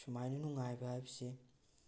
ꯁꯨꯃꯥꯏꯅ ꯅꯨꯡꯉꯥꯏꯕ ꯍꯥꯏꯕꯁꯤ